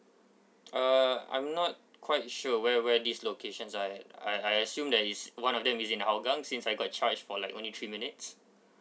uh I'm not quite sure where where these locations are at I I assume that is one of them is in hougang since I got charged for like only three minutes